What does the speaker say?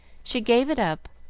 she gave it up,